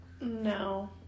no